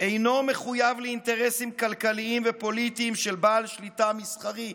הוא אינו מחויב לאינטרסים כלכליים ופוליטיים של בעל שליטה מסחרי,